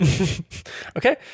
Okay